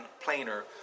plainer